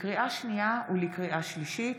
לקריאה שנייה וקריאה שלישית,